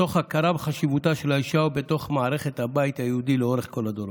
מתוך הכרה בחשיבותה של האישה בתוך מערכת הבית היהודי לאורך כל הדורות.